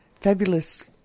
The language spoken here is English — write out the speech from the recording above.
fabulous